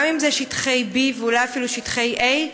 גם אם זה שטחי B ואולי אפילו שטחי A,